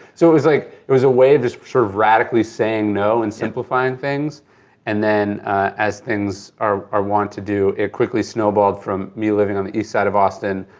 so it was like it was a way of just sort of radically saying no and simplifying things and then as things are wont to do, it quickly snowballed from me living on the east side of austin,